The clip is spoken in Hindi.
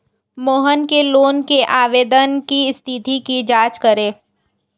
मोहन के लोन के आवेदन की स्थिति की जाँच करें